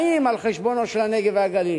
באים על חשבונם של הנגב והגליל?